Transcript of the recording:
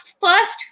first